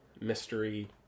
mystery